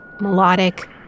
melodic